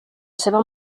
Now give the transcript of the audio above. seva